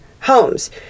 homes